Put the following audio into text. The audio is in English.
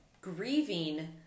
grieving